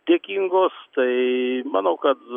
dėkingos tai manau kad